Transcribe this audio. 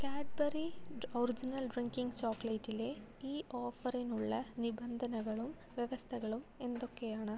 Cadbury original drinking ചോക്ലേറ്റിലെ ഈ ഓഫറിനുള്ള നിബന്ധനകളും വ്യവസ്ഥകളും എന്തൊക്കെയാണ്